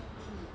mmhmm